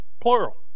plural